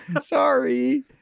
Sorry